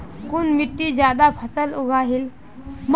कुन मिट्टी ज्यादा फसल उगहिल?